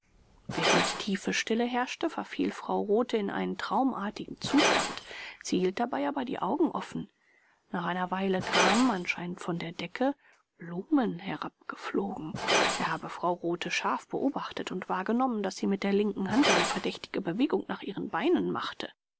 während tiefe stille herrschte verfiel frau rothe in einen traumartigen zustand sie hielt dabei aber die augen offen nach einer weile kamen anscheinend von der decke blumen herabgeflogen er habe frau rothe scharf beobachtet und wahrgenommen daß sie mit der linken hand eine verdächtige bewegung nach ihren beinen machte